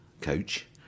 coach